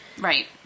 right